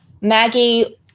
Maggie